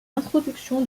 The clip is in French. introduction